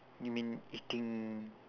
you mean eating